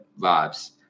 Vibes